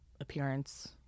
appearance